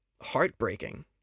heartbreaking